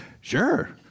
sure